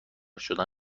شدن